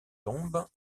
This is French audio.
tombes